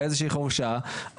באיזושהי חורשה,